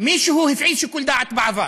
מישהו הפעיל שיקול דעת בעבר,